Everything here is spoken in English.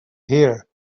hear